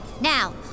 Now